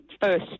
first